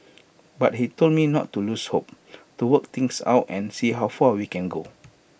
but he told me not to lose hope to work things out and see how far we can go